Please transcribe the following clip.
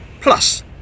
Plus